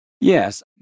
Yes